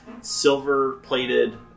silver-plated